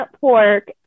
pork